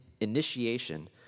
initiation